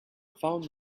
found